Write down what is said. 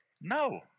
no